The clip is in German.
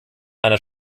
einer